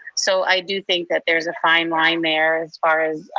so i do think that there's a fine line there as far as,